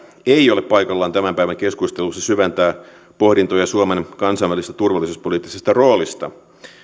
ei ole paikallaan tämän päivän keskustelussa syventää pohdintoja suomen kansainvälisestä turvallisuuspoliittisesta roolista